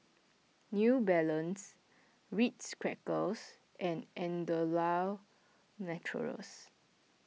New Balance Ritz Crackers and Andalou Naturals